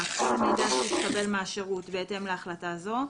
כל מידע שהתקבל מהשירות בהתאם להחלטה זו,